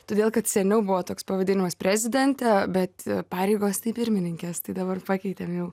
todėl kad seniau buvo toks pavadinimas prezidentė bet pareigos tai pirmininkės tai dabar pakeitėm jų